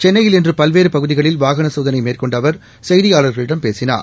சென்னையில் இன்று பல்வேறு பகுதியில் வாகன சோதனை மேற்கொண்ட அவர் செய்தியாளர்களிடம் பேசினார்